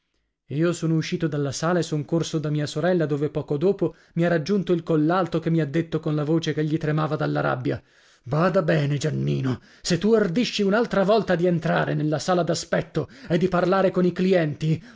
io sono uscito dalla sala e son corso da mia sorella dove poco dopo mi ha raggiunto il collalto che mi ha detto con la voce che gli tremava dalla rabbia bada bene giannino se tu ardisci un'altra volta di entrare nella sala d'aspetto e di parlare con i clienti